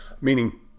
Meaning